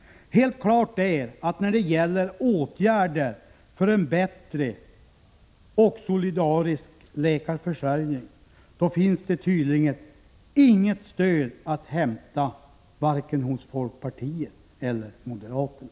Helt klart är att när det gäller åtgärder för en bättre och solidarisk läkarförsörjning finns det inget stöd att hämta vare sig från folkpartiet eller från moderaterna.